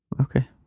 Okay